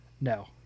No